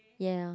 ya